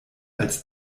als